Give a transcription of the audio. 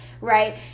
right